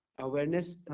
Awareness